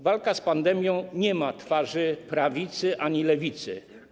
Walka z pandemią nie ma twarzy prawicy ani lewicy.